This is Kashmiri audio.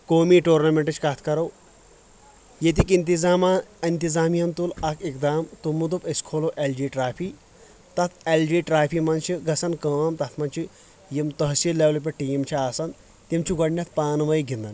قومی ٹورنمیٚنٹٕچ کتھ کرو یتٕکۍ انتظاما انتظامیہ ہن تُل اکھ اقدام تِمو دوٚپ أسۍ کھولو ایل جی ٹرافی تتھ ایل جی ٹرافی منٛز چھِ گژھان کٲم تتھ منٛز چھِ یم تحصیل لیٚولہِ پٮ۪ٹھ ٹیٖم چھِ آسان تِم چھِ گۄڈنیتھ پانہٕ وٲنۍ گنٛدان